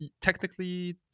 technically